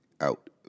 out